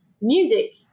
music